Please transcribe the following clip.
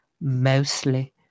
Mostly